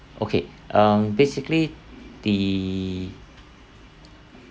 okay um basically the